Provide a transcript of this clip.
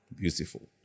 beautiful